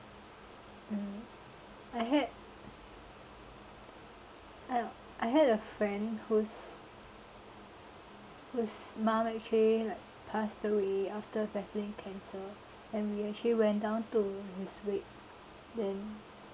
um I had I I had a friend whose whose mom actually like passed away after battling cancer and we actually went down to his wake then